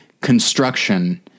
construction